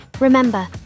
Remember